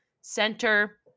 center